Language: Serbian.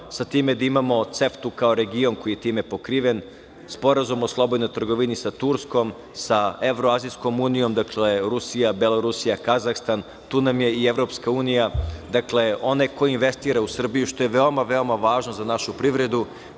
sa time da imamo CEFTA kao region koji je time pokriven, Sporazum o slobodnoj trgovini sa Turskom, sa Evroazijskom unijom, dakle Rusija, Belorusija, Kazahstan, tu nam je i EU… Dakle, onaj ko investira u Srbiji, što je veoma, veoma važno za našu privredu,